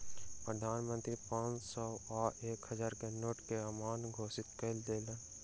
प्रधान मंत्री पांच सौ आ एक हजार के नोट के अमान्य घोषित कय देलैन